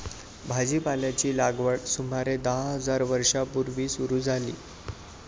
भाजीपाल्याची लागवड सुमारे दहा हजार वर्षां पूर्वी सुरू झाली